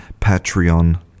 Patreon